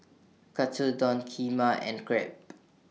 Katsudon Kheema and Crepe